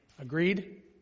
Agreed